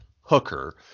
hooker